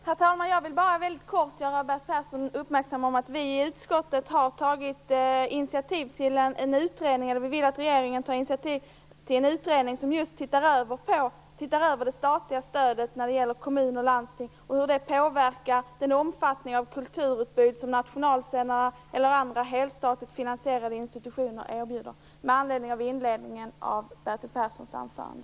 Herr talman! Jag vill bara väldigt kort göra Bertil Persson uppmärksam på att vi i utskottet vill att regeringen tar initiativ till en utredning som just ser över det statliga stödet till kommuner och landsting och hur det påverkar den omfattning av kulturutbud som nationalscenerna och andra helstatligt finansierade institutioner erbjuder. Detta sagt med anledning av inledningen av Bertil Perssons anförande.